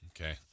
Okay